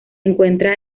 encuentra